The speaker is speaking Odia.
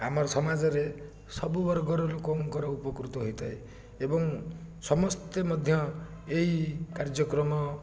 ଆମର ସମାଜରେ ସବୁ ବର୍ଗର ଲୋକଙ୍କର ଉପକୃତ ହୋଇଥାଏ ଏବଂ ସମସ୍ତେ ମଧ୍ୟ ଏଇ କାର୍ଯ୍ୟକ୍ରମ